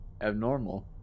abnormal